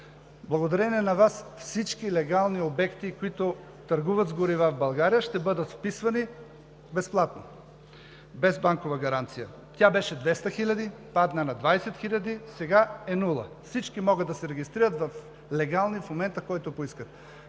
Благодарение на Вас всички легални обекти, които търгуват с горива в България, ще бъдат вписвани безплатно, без банкова гаранция. Тя беше 200 хиляди, падна на 20 хиляди, сега е нула. Всички могат да се регистрират легално в момента, в който поискат.